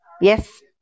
yes